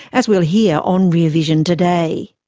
as we'll hear on rear vision today.